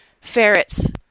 ferrets